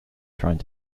trying